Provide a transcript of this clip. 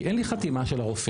כי אין לי חתימה של הרופא,